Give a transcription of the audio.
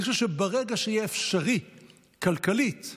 אני חושב שברגע שיהיה אפשרי כלכלית-חברתית,